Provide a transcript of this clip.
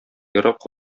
ерак